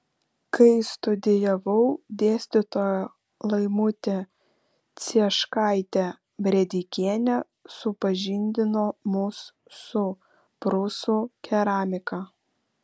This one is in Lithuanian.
kai studijavau dėstytoja laimutė cieškaitė brėdikienė supažindino mus su prūsų keramika